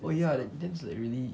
oh ya that's like really